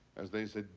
as they said,